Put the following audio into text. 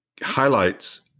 highlights